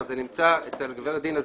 זה נמצא אצל גברת דינה זילבר.